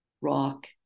rock